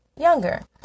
younger